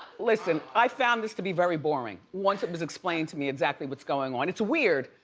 listen, i found this to be very boring. once it was explained to me exactly what's going on. it's weird.